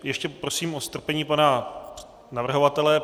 Ještě prosím o strpení pana navrhovatele.